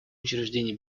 учреждений